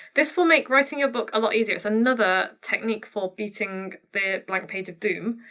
this will make writing your book a lot easier. it's another technique for beating the blank page of doom,